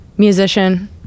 Musician